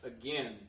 again